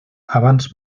abans